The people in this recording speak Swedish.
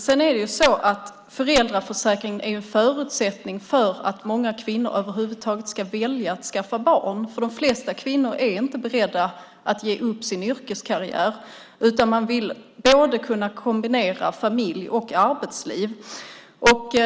Sedan är föräldraförsäkringen en förutsättning för att många kvinnor över huvud taget ska välja att skaffa barn. De flesta kvinnor är inte beredda att ge upp sin yrkeskarriär, utan man vill kunna kombinera familj och arbetsliv.